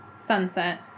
sunset